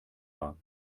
war